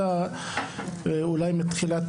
בדיונים של ועדת חינוך עלה בלי סוף מתחילת